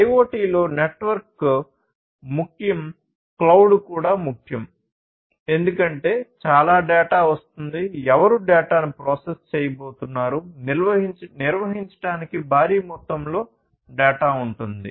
IoT లో network ముఖ్యం cloud కూడా ముఖ్యం ఎందుకంటే చాలా డేటా వస్తోంది ఎవరు డేటాను ప్రాసెస్ చేయబోతున్నారు నిర్వహించడానికి భారీ మొత్తంలో డేటా ఉంటుంది